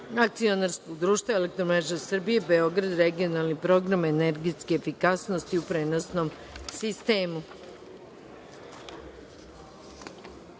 Akcionarskog društva „Elektromreža Srbije“, Beograd (Regionalni program energetske efikasnosti u prenosnom